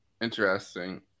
interesting